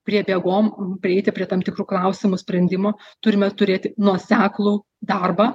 priebėgom prieiti prie tam tikrų klausimų sprendimo turime turėti nuoseklų darbą